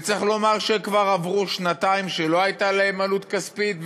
וצריך לומר שכבר עברו שנתיים שלא הייתה לו עלות כספית,